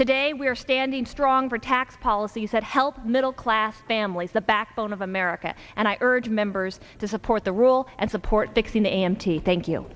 today we're standing strong for tax policies that help middle class families the backbone of america and i urge members to support the rule and support fixing the a m t thank you